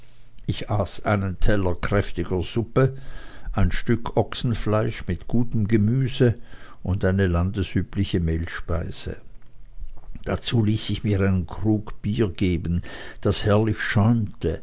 ich aß einen teller kräftiger suppe ein stück ochsenfleisch mit gutem gemüse und eine landesübliche mehlspeise dazu ließ ich mir einen krug bier geben das herrlich schäumte